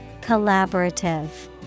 Collaborative